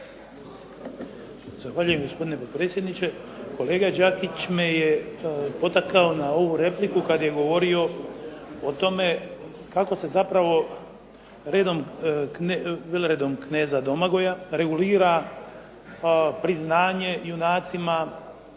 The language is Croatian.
Zahvaljujem gospodine potpredsjedniče. Kolega Đakić me je dotakao na ovu repliku kada je govorio o tome kako se zapravo redom knezom Domagoja regulira priznanje junacima,